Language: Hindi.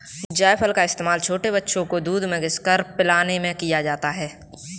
जायफल का इस्तेमाल छोटे बच्चों को दूध में घिस कर पिलाने में किया जाता है